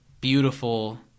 beautiful